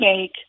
make